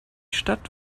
stadt